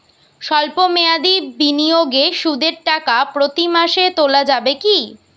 সল্প মেয়াদি বিনিয়োগে সুদের টাকা প্রতি মাসে তোলা যাবে কি?